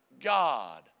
God